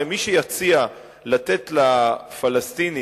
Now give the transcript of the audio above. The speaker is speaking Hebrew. הרי מי שיציע לתת לפלסטינים